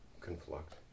conflict